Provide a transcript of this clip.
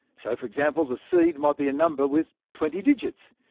so for example, the seed might be a number with twenty digits.